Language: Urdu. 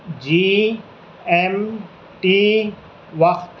جی ایم ٹی وقت